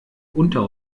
unter